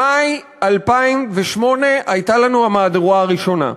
במאי 2008 הייתה לנו המהדורה הראשונה.